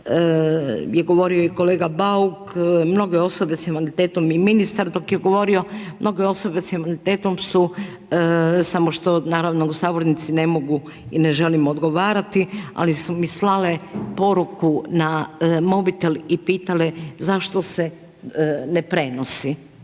je govorio i kolega Bauk, mnoge osobe s invaliditetom i ministar dok je govorio, mnoge osobe sa invaliditetom su, samo što naravno u sabornici ne mogu i ne želim odgovarati ali su mi slale poruku na mobitel i pitale zašto se ne prenosi